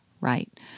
right